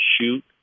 shoot